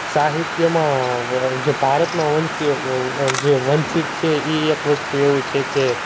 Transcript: સાહિત્યમાં જે ભારતમાં વંચિતનો જે વંચિત છે એ એક વસ્તુ એવું છે કે